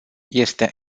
este